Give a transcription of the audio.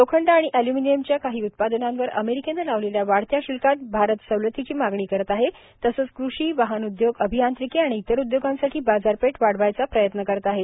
लोखंड आणि अल्युमिनियम च्या काही उत्पादनांवर अमेरिकेनं लावलेल्या वाढत्या शुल्कात भारत सवलतीची मागणी करत आहेए तसंच कृषी वाहन उद्योग अभियांत्रिकी आणि इतर उद्योगांसाठी बाजारपेठ वाढवायचा प्रयत्न करत आहे